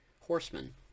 horsemen